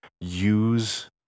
use